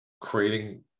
creating